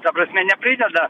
ta prasme neprideda